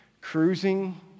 Cruising